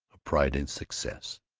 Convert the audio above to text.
a pride in success.